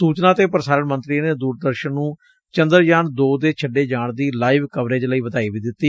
ਸੁਚਨਾ ਤੇ ਪੁਸਾਰਣ ਮੰਤਰੀ ਨੇ ਦੁਰਦਰਸ਼ਨ ਨੂੰ ਚੰਦਰਯਾਨ ਦੋ ਦੇ ਛੱਡੇ ਜਾਣ ਦੀ ਲਾਈਵ ਕਵਰੇਜ ਲਈ ਵਧਾਈ ਵੀ ਦਿੱਤੀ